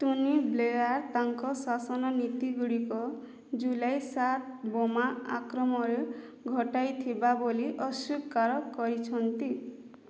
Tony Blair ତାଙ୍କ ଶାସନ ନୀତିଗୁଡ଼ିକ ଜୁଲାଇ ସାତ ବୋମା ଆକ୍ରମଣ ଘଟାଇଥିଲା ବୋଲି ଅସ୍ୱୀକାର କରିଛନ୍ତି